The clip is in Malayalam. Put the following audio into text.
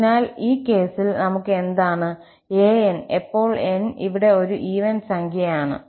അതിനാൽ ഈ കേസിൽ നമുക്ക് എന്താണ് 𝑎n എപ്പോൾ 𝑛 ഇവിടെ ഒരു ഈവൻ സംഖ്യയാണ്